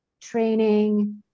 training